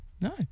No